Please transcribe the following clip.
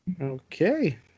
Okay